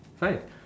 fine